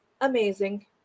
amazing